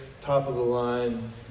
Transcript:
top-of-the-line